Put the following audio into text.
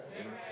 Amen